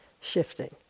shifting